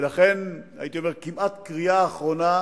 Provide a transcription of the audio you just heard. ולכן, הייתי אומר, כמעט קריאה אחרונה,